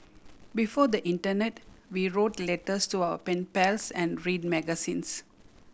before the internet we wrote letters to our pen pals and read magazines